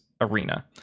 arena